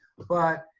but,